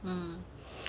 mm